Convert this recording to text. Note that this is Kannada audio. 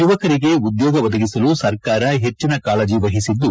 ಯುವಕರಿಗೆ ಉದ್ಯೋಗ ಒದಗಿಸಲು ಸರ್ಕಾರ ಹೆಚ್ಚಿನ ಕಾಳಜಿ ವಹಿಸಿದ್ದು